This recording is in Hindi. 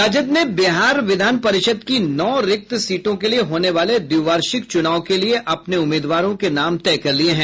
राजद ने बिहार विधान परिषद की नौ रिक्त सीटों के लिए होने वाले द्विवार्षिक चुनाव के लिए अपने उम्मीदवारों के नाम तय कर लिये हैं